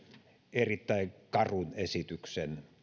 erittäin karun hallituksen esityksen